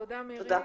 תודה מירי,